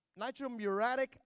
nitromuratic